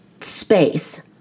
space